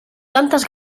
tantes